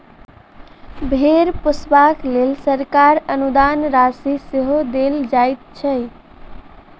भेंड़ पोसबाक लेल सरकार अनुदान राशि सेहो देल जाइत छै